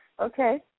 Okay